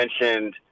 mentioned